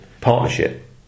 partnership